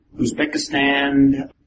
Uzbekistan